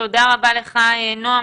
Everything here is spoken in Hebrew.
תודה רבה לך, נעם.